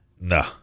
No